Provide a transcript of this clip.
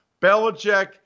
Belichick